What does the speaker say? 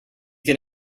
can